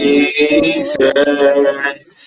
Jesus